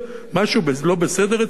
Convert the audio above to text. משהו לא בסדר אצלכם?